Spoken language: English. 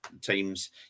teams